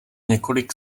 několik